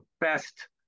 best